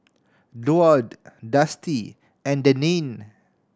Duard Dusty and Denine